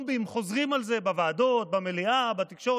ואם משום מה הזיכרון שלו בגד בו והוא לא זוכר